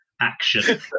action